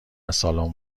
سالن